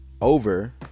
Over